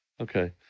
Okay